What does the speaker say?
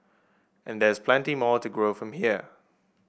and there's plenty more to grow from here